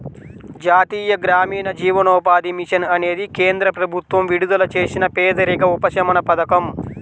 జాతీయ గ్రామీణ జీవనోపాధి మిషన్ అనేది కేంద్ర ప్రభుత్వం విడుదల చేసిన పేదరిక ఉపశమన పథకం